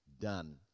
done